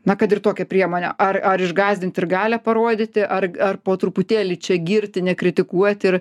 na kad ir tokią priemonę ar ar išgąsdint ir galią parodyti ar ar po truputėlį čia girti nekritikuot ir